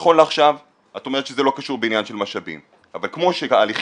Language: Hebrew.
נכון לעכשיו את אומרת שזה לא קשור בעניין של משאבים אבל כמו שהליכים